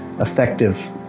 effective